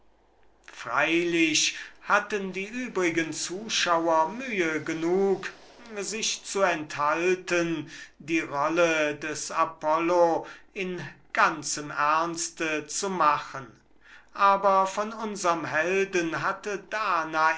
freilich hatten die übrigen zuschauer mühe genug sich zu enthalten die rolle des apollo in ganzem ernste zu machen aber von unsern helden hatte danae